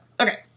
Okay